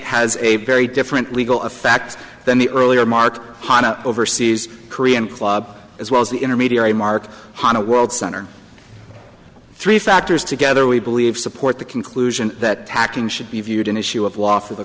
has a very different legal a fact then the earlier mark on an overseas korean club as well as the intermediary mark on a world center three factors together we believe support the conclusion that tacking should be viewed an issue of law for the